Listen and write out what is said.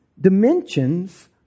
dimensions